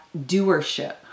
doership